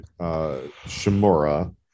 Shimura